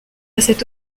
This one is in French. cette